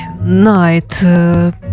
Night